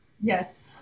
yes